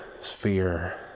sphere